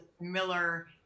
Miller